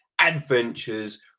adventures